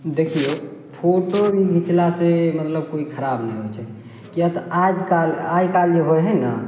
देखियौ फोटो घिचलासँ मतलब कोइ खराब नहि होइ छै किएक तऽ आजकल आइकाल्हि जे होइ हइ ने